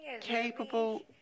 capable